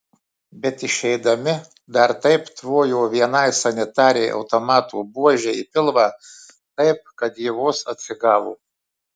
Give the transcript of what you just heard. bet išeidami dar taip tvojo vienai sanitarei automato buože į pilvą taip kad ji vos atsigavo